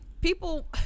People